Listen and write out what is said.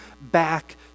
back